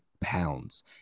pounds